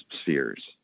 spheres